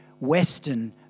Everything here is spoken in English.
Western